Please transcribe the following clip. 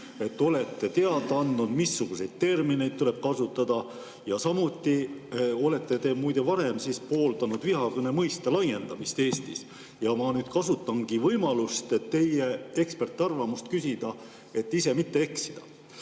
Olete teada andnud, missuguseid termineid tuleb kasutada. Samuti olete te muide varem pooldanud vihakõne mõiste laiendamist Eestis. Ma nüüd kasutangi võimalust, et teie ekspertarvamust küsida, et mitte eksida.